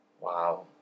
wow